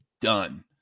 done